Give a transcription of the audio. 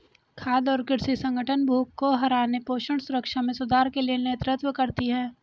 खाद्य और कृषि संगठन भूख को हराने पोषण सुरक्षा में सुधार के लिए नेतृत्व करती है